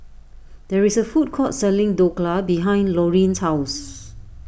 there is a food court selling Dhokla behind Lorine's house